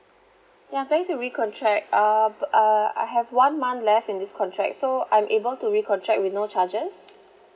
ya I'm planning to recontract um uh I have one month left in this contract so I'm able to recontract with no charges